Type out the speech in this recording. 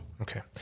Okay